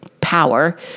power